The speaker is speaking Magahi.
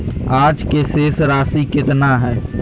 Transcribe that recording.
आज के शेष राशि केतना हइ?